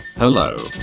Hello